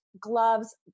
gloves